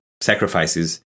sacrifices